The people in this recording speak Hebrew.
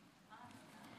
אנחנו עוברים